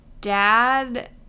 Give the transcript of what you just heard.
dad